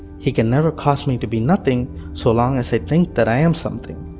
he can never cause me to be nothing so long as i think that i am something.